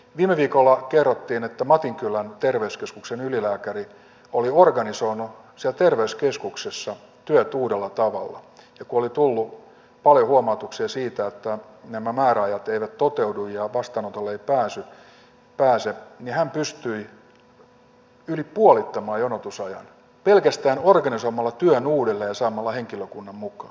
viime viikolla kerrottiin että matinkylän terveyskeskuksen ylilääkäri oli organisoinut siellä terveyskeskuksessa työt uudella tavalla ja kun oli tullut paljon huomautuksia siitä että määräajat eivät toteudu ja vastaanotolle ei pääse niin hän pystyi yli puolittamaan jonotusajan pelkästään organisoimalla työn uudelleen ja saamalla henkilökunnan mukaan